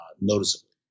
noticeably